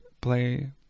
play